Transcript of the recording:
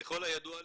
ככל הידוע לי,